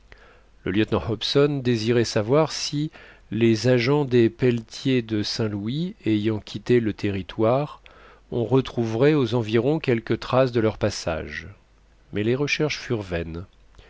le lieutenant hobson désirait savoir si les agents des pelletiers de saint-louis ayant quitté le territoire on retrouverait aux environs quelques traces de leur passage mais les recherches